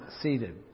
seated